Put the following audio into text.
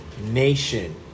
nation